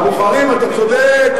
הבוחרים, אתה צודק,